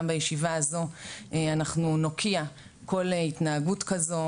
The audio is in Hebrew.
בישיבה הזו אנחנו נוקיע כל התנהגות כזו,